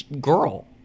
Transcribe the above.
girl